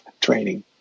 training